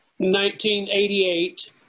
1988